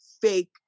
fake